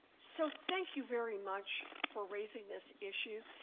so thank you very much for raising this issue.